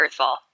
earthfall